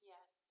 Yes